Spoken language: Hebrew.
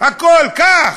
הכול קח,